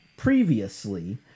Previously